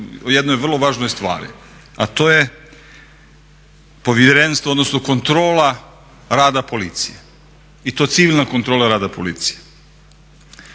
jednoj vrlo važnoj stvari, a to je povjerenstvo odnosno kontrola rada policije i to civilna kontrola rada policije.